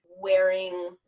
wearing